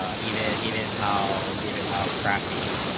ah uaa, given how given how crappie,